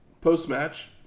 post-match